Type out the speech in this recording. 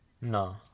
No